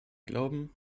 glauben